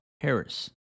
Harris